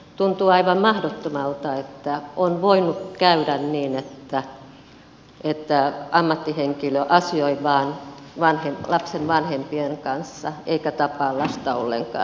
tuntuu aivan mahdottomalta että on voinut käydä niin että ammattihenkilö asioi vain lapsen vanhempien kanssa eikä tapaa lasta ollenkaan